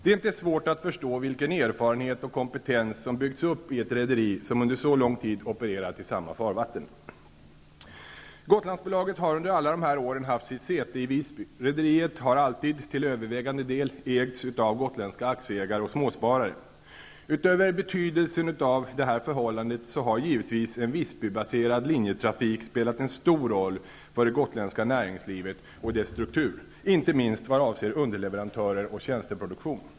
Det är inte svårt att förstå vilken erfarenhet och kompetens som byggts upp i ett rederi som under så lång tid opererat i samma farvatten. Gotlandsbolaget har under alla de här åren haft sitt säte i Visby. Rederiet har alltid till övervägande del ägts av gotländska aktieägare och småsparare. Utöver betydelsen av detta förhållande har givetvis en Visbybaserad linjetrafik spelat en stor roll för det gotländska näringslivet och dess struktur, inte minst vad avser underleverantörer och tjänsteproduktion.